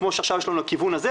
כמו שעכשיו יש לנו לכיוון הזה,